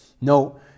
no